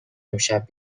امشب